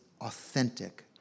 authentic